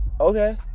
okay